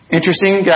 Interesting